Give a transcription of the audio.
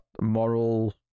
moral